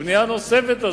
הבנייה הנוספת הזאת,